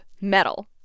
Metal